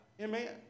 Amen